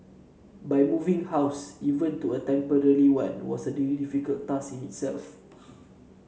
but moving house even to a temporary one was a really difficult task in itself